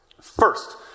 First